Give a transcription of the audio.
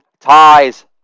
ties